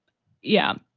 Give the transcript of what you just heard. yeah,